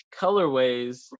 colorways –